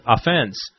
offense